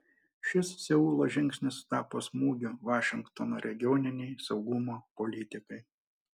šis seulo žingsnis tapo smūgiu vašingtono regioninei saugumo politikai